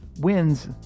wins